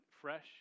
fresh